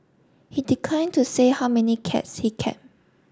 he declined to say how many cats he kept